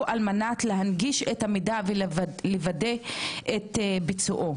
על מנת להנגיש את המידע ולוודא את ביצועו.